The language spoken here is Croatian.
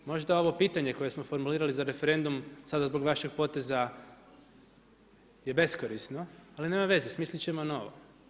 Možda ovo pitanje koje smo formulirali za referendum sada zbog vašeg poteza je beskorisno, ali nema veze smislit ćemo novo.